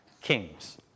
kings